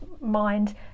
mind